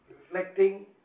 reflecting